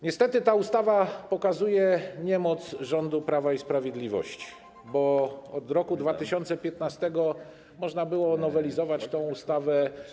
Niestety ta ustawa pokazuje niemoc rządu Prawa i Sprawiedliwości, bo od roku 2015 można było nowelizować tę ustawę.